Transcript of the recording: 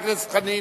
חבר הכנסת חנין.